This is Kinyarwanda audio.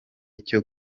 cyo